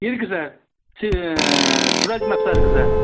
இருக்குது சார் சி சுராஜ் மஸ்தா இருக்குது சார்